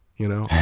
you know?